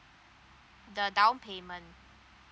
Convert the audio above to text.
the down payment